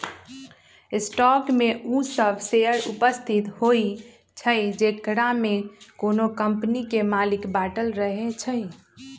stock में उ सभ शेयर उपस्थित होइ छइ जेकरामे कोनो कम्पनी के मालिक बाटल रहै छइ